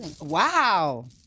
Wow